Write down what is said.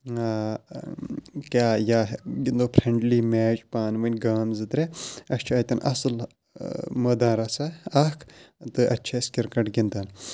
کیٛاہ یا گِنٛدو فرٛینٛڈلی میچ پانہٕ وٕنۍ گام زٕ ترٛےٚ اَسہِ چھُ اَتٮ۪ن اَصٕل مٲدان رَژھا اَکھ تہٕ اَتہِ چھِ أسۍ کِرکَٹ گِنٛدان